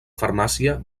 farmàcia